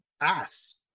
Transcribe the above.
ass